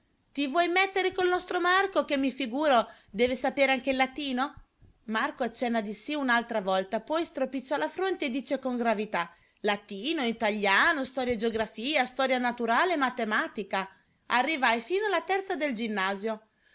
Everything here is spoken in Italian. ti vuoi mettere col nostro marco che mi figuro deve sapere anche il latino marco accenna di sì un'altra volta poi stropiccia la fronte e dice con gravità latino italiano storia e geografia storia naturale e matematica arrivai fino alla terza del ginnasio